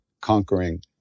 conquering